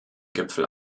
gipfel